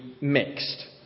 mixed